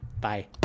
bye